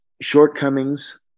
shortcomings